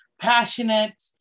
passionate